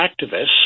activists